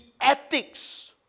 ethics